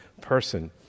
person